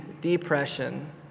depression